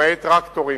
למעט טרקטורים,